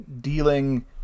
Dealing